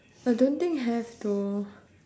I don't think have though